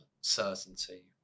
certainty